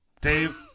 Dave